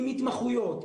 עם התמחויות,